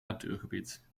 natuurgebied